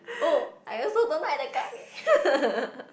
oh I also don't like the curry